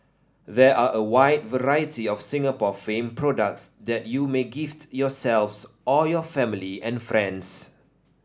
there are a wide variety of Singapore famed products that you may gift yourselves or your family and friends